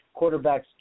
quarterbacks